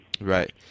Right